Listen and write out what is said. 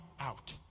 out